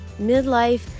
Midlife